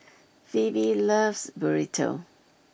Pheobe loves Burrito